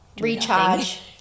recharge